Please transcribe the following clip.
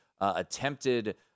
attempted